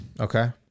Okay